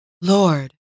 Lord